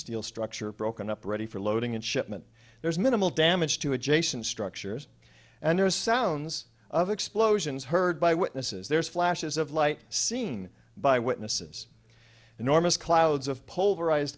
steel structure broken up ready for loading and shipment there's minimal damage to adjacent structures and there is sounds of explosions heard by witnesses there is flashes of light seen by witnesses enormous clouds of polarized